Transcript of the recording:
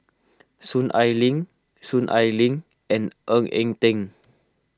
Soon Ai Ling Soon Ai Ling and Ng Eng Teng